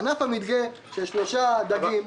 ענף המדגה, של שלושה סוגי דגים,